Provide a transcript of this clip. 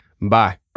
Bye